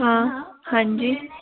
हाँ हाँ जी